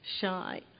shy